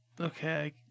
Okay